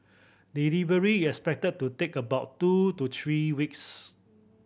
delivery is expected to take about two to three weeks